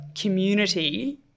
community